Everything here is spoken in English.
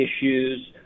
issues